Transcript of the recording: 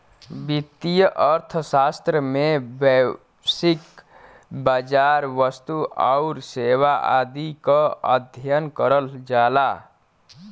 वित्तीय अर्थशास्त्र में वैश्विक बाजार, वस्तु आउर सेवा आदि क अध्ययन करल जाला